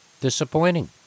disappointing